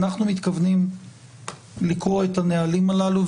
אנחנו מתכוונים לקרוא את הנהלים הללו,